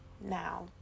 Now